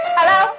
Hello